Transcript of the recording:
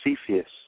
Cepheus